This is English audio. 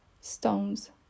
stones